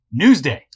NEWSDAY